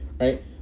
Right